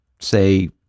say